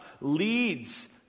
leads